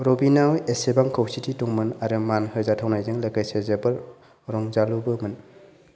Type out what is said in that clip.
रबिनाव एसेबां खौसेथि दंमोन आरो मान होजावथानायजों लोगोसे जोबोद रंजालुबोमोन